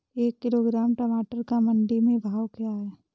एक किलोग्राम टमाटर का मंडी में भाव क्या है?